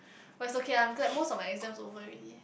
but it's okay I'm glad most of my exams over already